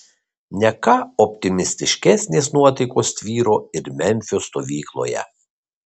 ne ką optimistiškesnės nuotaikos tvyro ir memfio stovykloje